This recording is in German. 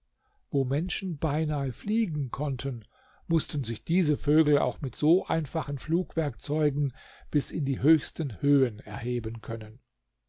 wo menschen beinahe fliegen konnten mußten sich diese vögel auch mit so einfachen flugwerkzeugen bis in die höchsten höhen erheben können